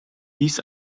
dies